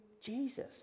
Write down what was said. Jesus